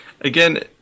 again